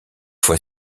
fois